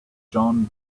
john